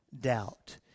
doubt